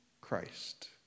Christ